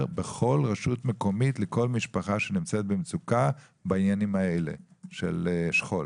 בכל רשות מקומית לכל משפחה שנמצאת במצוקה בגין הנושאים האלה של שכול.